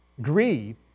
Greed